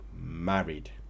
married